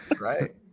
Right